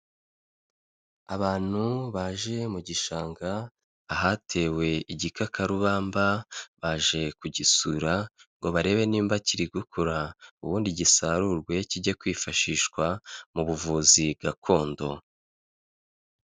Abantu baje mu gishanga ahatewe igikakarubamba, baje kugisura ngo barebe niba kiri gukura, ubundi gisarurwe kijye kwifashishwa mu buvuzi gakondo.